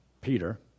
Peter